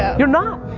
you're not.